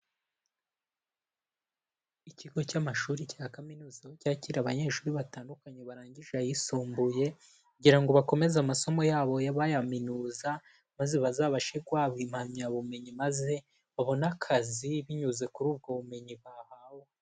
Ikigo cy'amashuri cya kaminuza aho cyakira abanyeshuri batandukanye barangije ayisumbuye kugira ngo bakomeze amasomo yabo bayaminuza, maze bazabashe guhabwa impamyabumenyi maze babone akazi binyuze kuri ubwo bumenyi bahawe.